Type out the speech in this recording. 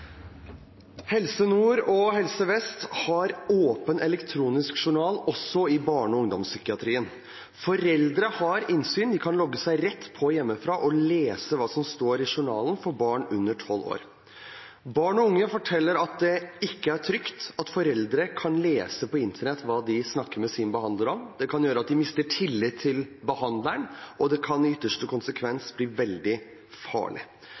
lese hva som står i journalen – «for barn under 12 år. Barn og unge forteller at det ikke er trygt at foreldre kan lese på internett hva de har snakket med sin behandler om.» – Det kan gjøre at de mister tillit til behandleren, og det kan i ytterste konsekvens bli veldig farlig.